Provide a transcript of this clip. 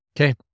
Okay